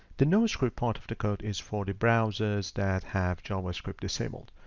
the no script part of the code is for the browsers that have javascript disabled.